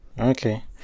Okay